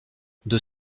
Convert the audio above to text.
deux